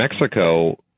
Mexico